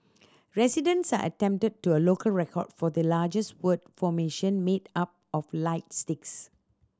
residents there attempted a local record for the largest word formation made up of light sticks